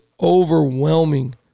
overwhelming